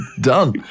done